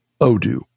odoo